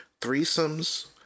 threesomes